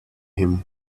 him